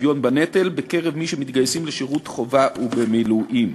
השוויון בנטל בקרב מי שמתגייסים לשירות בחובה ובמילואים.